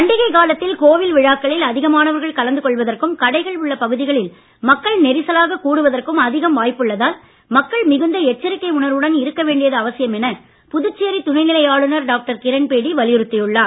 பண்டிகைக் காலத்தில் கோவில் விழாக்களில் அதிகமானவர்கள் கலந்து கொள்வதற்கும் கடைகள் உள்ள பகுதிகளில் மக்கள் நெரிசலாகக் கூடுவதற்கும் அதிகம் வாய்ப்புள்ளதால் மக்கள் மிகுந்த எச்சரிக்கை உணர்வுடன் இருக்க வேண்டியது அவசியம் என புதுச்சேரி துணை நிலை ஆளுநர் டாக்டர் கிரண்பேடி வலியுறுத்தியுள்ளார்